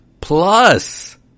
Plus